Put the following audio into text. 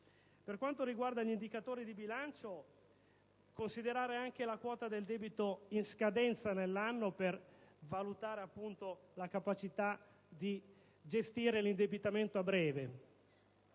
Per quanto riguarda gli indicatori di bilancio, ad esempio, si potrà considerare anche la quota del debito in scadenza nell'anno per valutare appunto la capacità di gestire l'indebitamento a breve;